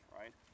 right